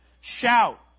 Shout